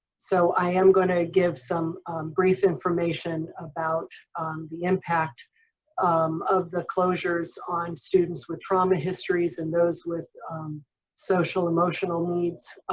so i am going to give some brief information about the impact of the closures on students with trauma histories and those with social and emotional needs.